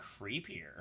creepier